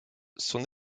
son